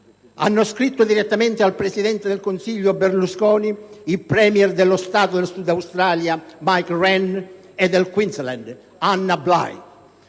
Hanno scritto direttamente al presidente del consiglio Berlusconi i *premier* dello Stato del South Australia, Mike Rann, e del Queensland, Anna Bligh.